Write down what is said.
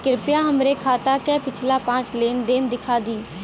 कृपया हमरे खाता क पिछला पांच लेन देन दिखा दी